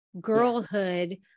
girlhood